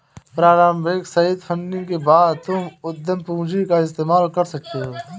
प्रारम्भिक seed funding के बाद तुम उद्यम पूंजी का इस्तेमाल कर सकते हो